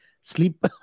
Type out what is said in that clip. sleep